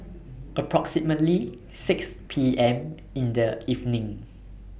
approximately six P M in The evening